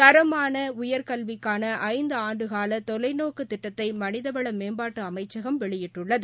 தரமான உயர்கல்விக்கான ஐந்து ஆண்டுகால தொலைநோக்குத் திட்டத்தை மனிதவள மேம்பாட்டு அமைச்சகம் வெளியிட்டுள்ளது